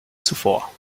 zuvor